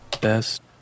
best